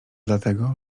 dlatego